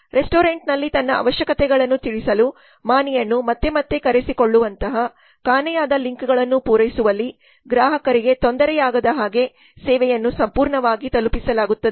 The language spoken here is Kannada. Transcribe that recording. ರೆಸ್ಟೋರೆಂಟ್ನಲ್ಲಿ ತನ್ನ ಅವಶ್ಯಕತೆಗಳನ್ನು ತಿಳಿಸಲು ಮಾಣಿಯನ್ನು ಮತ್ತೆ ಮತ್ತೆ ಕರೆಸಿಕೊಳ್ಳುವಂತಹ ಕಾಣೆಯಾದ ಲಿಂಕ್ಗಳನ್ನು ಪೂರೈಸುವಲ್ಲಿ ಗ್ರಾಹಕರಿಗೆ ತೊಂದರೆಯಾಗದ ಹಾಗೆ ಸೇವೆಯನ್ನು ಸಂಪೂರ್ಣವಾಗಿ ತಲುಪಿಸಲಾಗುತ್ತದೆ ಎಂದು ಇದು ಖಾತ್ರಿಗೊಳಿಸುತ್ತದೆ